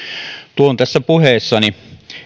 tuon tässä puheessani